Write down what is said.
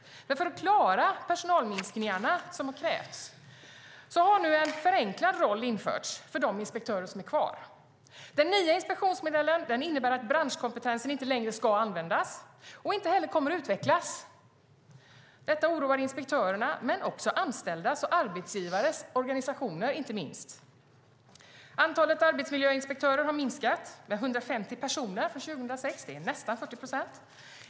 Men för att klara personalminskningarna som har krävts har nu en förenklad roll införts för de inspektörer som är kvar. Den nya inspektionsmodellen innebär att branschkompetensen inte längre ska användas och inte heller kommer att utvecklas. Detta oroar inspektörerna men också anställdas och arbetsgivares organisationer. Antalet arbetsmiljöinspektörer har minskat med 150 personer från 2006. Det är nästan 40 procent.